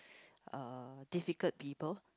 uh difficult people